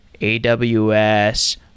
AWS